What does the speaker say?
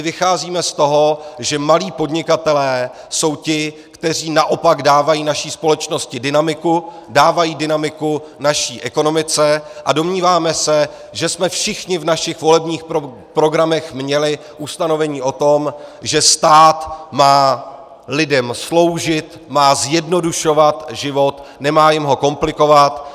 Vycházíme z toho, že malí podnikatelé jsou ti, kteří naopak dávají naší společnosti dynamiku, dávají dynamiku naší ekonomice, a domníváme se, že jsme všichni v našich volebních programech měli ustanovení o tom, že stát má lidem sloužit, má zjednodušovat život, nemá jim ho komplikovat.